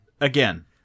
Again